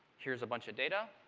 here's a bunch of data.